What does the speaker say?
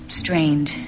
strained